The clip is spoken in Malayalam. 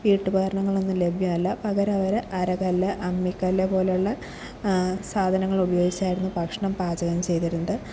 വീട്ടുപകരണങ്ങളൊന്നും ലഭ്യമല്ല പകരം അവരെ അരകല്ല് അമ്മിക്കല്ല് പോലെയുള്ള സാധനങ്ങളുപയോഗിച്ചായിരുന്നു ഭക്ഷണം പാചകം ചെയ്തിരുന്നത്